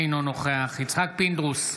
אינו נוכח יצחק פינדרוס,